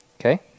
Okay